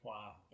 Wow